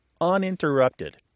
uninterrupted